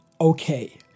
okay